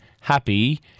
happy